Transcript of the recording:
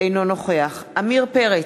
אינו נוכח עמיר פרץ,